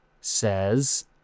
says